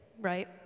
Right